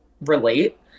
relate